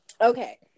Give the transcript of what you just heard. okay